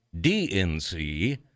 dnc